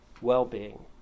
well-being